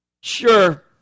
Sure